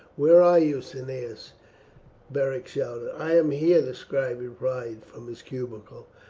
where are you, cneius? beric shouted. i am here, the scribe replied from his cubicule,